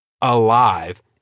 alive